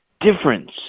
difference